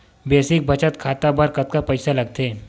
Basic बचत खाता बर कतका पईसा लगथे?